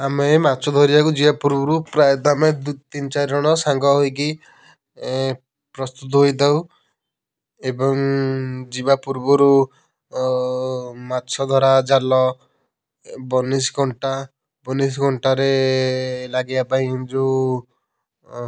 ଆମେ ମାଛ ଧରିବାକୁ ଯିବା ପୂର୍ବରୁ ପ୍ରାୟତଃ ଆମେ ଦୁ ତିନି ଚାରି ଜଣ ସାଙ୍ଗ ହୋଇକି ପ୍ରସ୍ତୁତ ହୋଇଥାଉ ଏବଂ ଯିବା ପୂର୍ବରୁ ମାଛ ଧରା ଜାଲ ବନିଶି କଣ୍ଟା ବନିଶି କଣ୍ଟାରେ ଲାଗିବା ପାଇଁ ଯେଉଁ